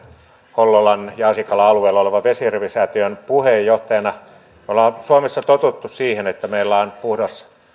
hollolan ja asikkalan alueella olevan vesijärvi säätiön puheenjohtajana me olemme suomessa tottuneet siihen että meillä on puhdas